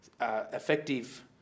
effective